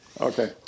Okay